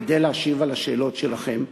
כדי להשיב על השאלות שלכם,